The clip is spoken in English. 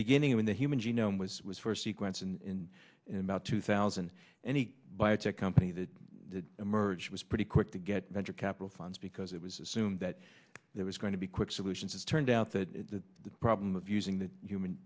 beginning when the human genome was was first sequence in about two thousand and eight biotech company that emerged was pretty quick to get venture capital funds because it was assumed that there was going to be quick solutions it's turned out that the problem of using the human